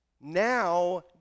Now